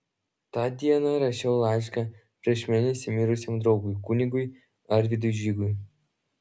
tą dieną rašiau laišką prieš mėnesį mirusiam draugui kunigui arvydui žygui